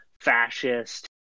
fascist